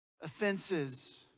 offenses